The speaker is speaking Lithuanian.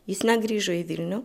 jis net grįžo į vilnių